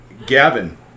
Gavin